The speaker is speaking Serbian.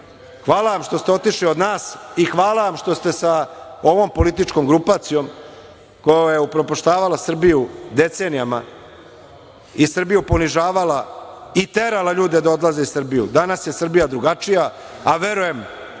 Hvala vam što te otišli od nas i hvala vam što ste sa ovom političkom grupacijom, koja je upropašćavala Srbiju decenijama i Srbiju ponižavala i terala ljude da odlaze iz Srbije. Danas je Srbija drugačija, a verujem